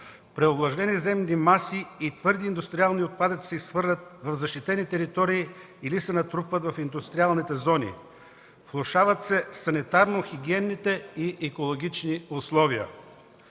Преовлажнени земни маси и твърди индустриални отпадъци се изхвърлят в защитени територии или се натрупват в индустриалните зони. Влошават се санитарно-хигиенните и екологичните условия.